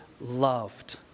loved